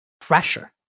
pressure